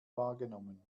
wahrgenommen